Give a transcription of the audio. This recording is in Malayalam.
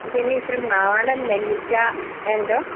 പിന്നെ ഇച്ചിരെ നാടൻ നെല്ലിക്ക എന്തോ